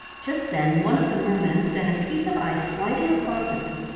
just then one of the mermen sent a piece of ice sliding across at them,